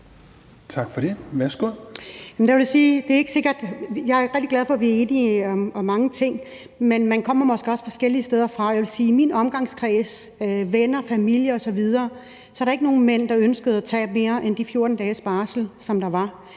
rigtig glad for, at vi er enige om mange ting, men man kommer måske også forskellige steder fra. Jeg vil sige, at i min omgangskreds, blandt mine venner, familie osv., har der ikke været nogen mænd, der ønskede at tage mere end de 14 dages barsel, som der var.